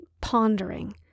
pondering